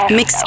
Mix